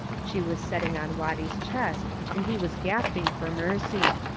she was setting on watty's chest and he was gasping fur mercy.